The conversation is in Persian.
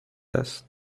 است